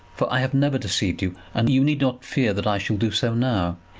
for i have never deceived you, and you need not fear that i shall do so now.